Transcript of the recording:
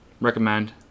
recommend